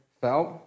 felt